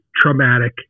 traumatic